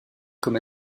comme